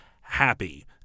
happy